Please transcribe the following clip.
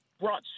Brought